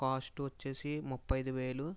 cost వచ్చేసి ముఫై ఐదు వేలు